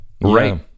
Right